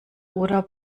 oder